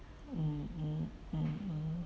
mm mm mm